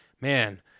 man